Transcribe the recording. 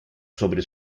sobre